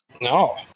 No